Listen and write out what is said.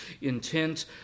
intent